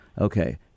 Okay